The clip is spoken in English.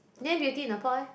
then Beauty-in-a-Pot eh